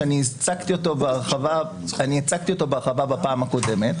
שהצגתי אותו בהרחבה בפעם הקודמת,